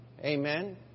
Amen